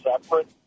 separate